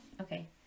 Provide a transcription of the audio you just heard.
Okay